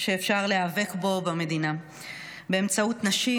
שאפשר להיאבק בו במדינה באמצעות נשים,